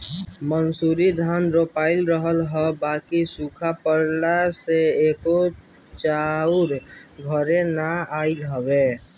मंसूरी धान रोपाइल रहल ह बाकि सुखा पड़ला से एको चाउर घरे ना आइल हवे